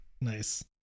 Nice